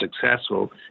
successful